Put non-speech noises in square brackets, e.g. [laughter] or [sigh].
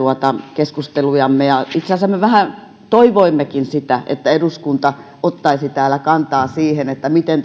keskustelujamme itse asiassa me vähän toivoimmekin sitä että eduskunta ottaisi täällä kantaa siihen miten [unintelligible]